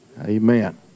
Amen